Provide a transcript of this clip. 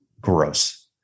gross